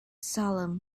salem